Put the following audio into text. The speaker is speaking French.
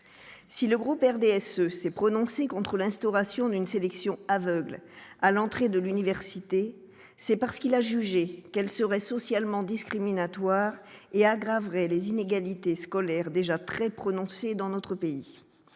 si le groupe RDSE s'est prononcé contre l'instauration d'une sélection aveugle à l'entrée de l'université, c'est parce qu'il a jugé qu'elle serait socialement discriminatoire et aggraverait les inégalités scolaires déjà très prononcées dans notre pays,